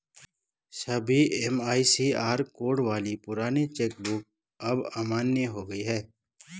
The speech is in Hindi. सभी एम.आई.सी.आर कोड वाली पुरानी चेक बुक अब अमान्य हो गयी है